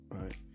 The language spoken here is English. Right